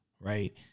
right